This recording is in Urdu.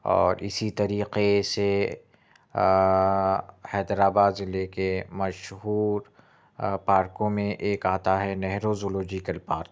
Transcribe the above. اور اِسی طریقے سے حیدرآباد ضلعے کے مشہور پارکوں میں ایک آتا ہے نہرو زولیجیکل پارک